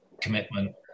commitment